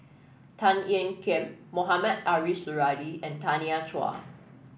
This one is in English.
Tan Ean Kiam Mohamed Ariff Suradi and Tanya Chua